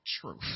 truth